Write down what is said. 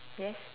yes